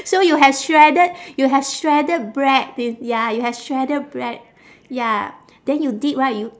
so you have shredded you have shredded bread with ya you have shredded bread ya then you dip right you